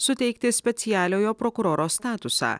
suteikti specialiojo prokuroro statusą